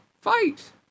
Fight